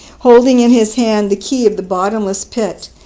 holding in his hand the key of the bottomless pit,